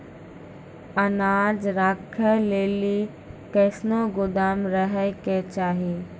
अनाज राखै लेली कैसनौ गोदाम रहै के चाही?